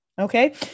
Okay